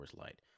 Light